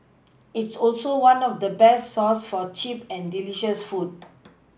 it's also one of the best source for cheap and delicious food